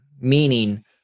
meaning